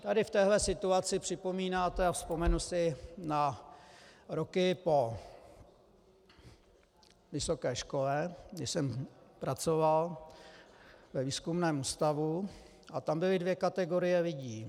Tady v této situaci připomínám a vzpomenu si na roky po vysoké škole, když jsem pracoval ve výzkumném ústavu, a tam byly dvě kategorie lidí.